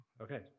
Okay